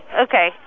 Okay